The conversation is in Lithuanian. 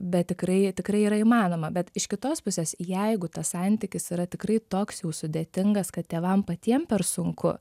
bet tikrai tikrai yra įmanoma bet iš kitos pusės jeigu tas santykis yra tikrai toks jau sudėtingas kad tėvam patiem per sunku